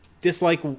dislike